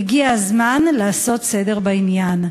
והגיע הזמן לעשות סדר בעניין.